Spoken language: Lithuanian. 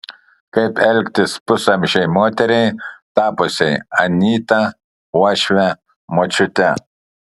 kaip elgtis pusamžei moteriai tapusiai anyta uošve močiute